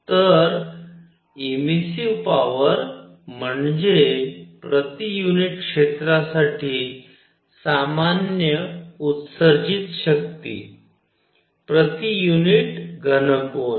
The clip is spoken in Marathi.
तर इमिसिव्ह पॉवर म्हणजे प्रति युनिट क्षेत्रासाठी सामान्य उत्सर्जित शक्ती प्रति युनिट घन कोन